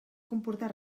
comportar